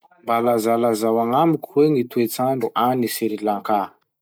Mba lazalazao agnamiko hoe gny toetsandro agny Sri Lanka?